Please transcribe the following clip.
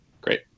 Great